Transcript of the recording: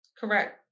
Correct